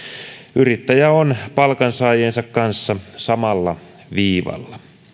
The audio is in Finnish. yrittäjä on palkansaajiensa kanssa samalla viivalla